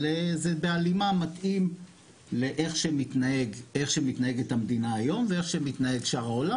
אבל זה בהלימה מתאים לאיך שמתנהגת המדינה היום ואיך שמתנהג שאר העולם,